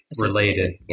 related